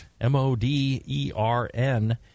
M-O-D-E-R-N